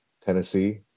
Tennessee